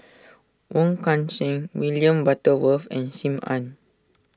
Wong Kan Seng William Butterworth and Sim Ann